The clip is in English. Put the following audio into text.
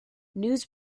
news